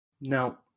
Now